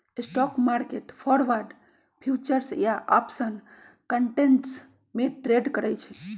stock market forward, futures या option contracts में trade करई छई